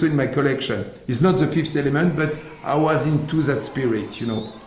my collection. it's not the fifth element, but i was into that spirit, you know.